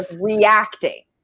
reacting